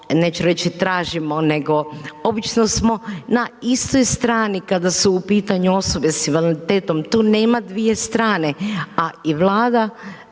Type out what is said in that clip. neću reći tražimo, nego obično smo na istoj strani kada su u pitanju osobe s invaliditetom, tu nema dvije strane, a i Vlada